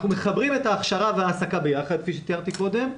אנחנו מחברים את ההכשרה והעסקה ביחד כפי שתיארתי קודם,